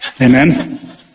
Amen